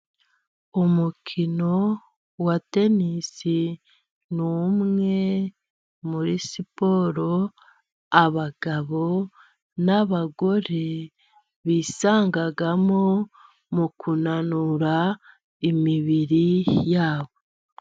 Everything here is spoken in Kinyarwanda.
Umukino wa tenisi ni umwe muri siporo abagabo n'abagore bisangamo, mu kunanura imibiri yabo.